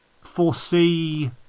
foresee